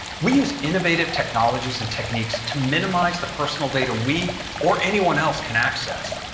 we use innovative technologies and techniques to minimize the personal data we or anyone else can access.